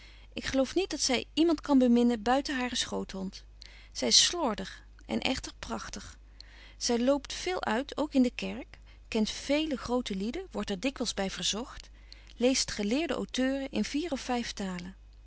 ik geloof niet dat zy iemand kan beminnen buiten haren schoothond zy is slordig en echter prachtig zy loopt veel uit ook in de kerk kent vele grote lieden wordt er dikwyls by verzogt leest geleerde autheuren in vier of vyf talen